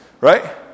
right